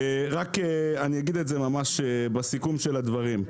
אגיד את זה בסיכום של הדברים: